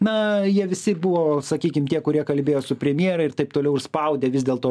na jie visi buvo sakykim tie kurie kalbėjo su premjere ir taip toliau ir spaudė vis dėlto